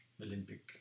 Olympic